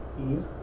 Eve